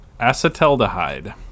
acetaldehyde